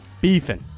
Beefing